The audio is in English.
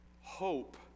hope